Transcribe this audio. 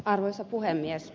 arvoisa puhemies